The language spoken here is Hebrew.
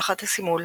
תחת הסימול